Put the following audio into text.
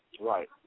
Right